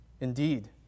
indeed